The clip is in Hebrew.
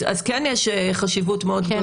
אז כן יש חשיבות מאוד גדולה.